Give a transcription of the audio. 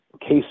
case